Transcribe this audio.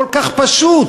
כל כך פשוט.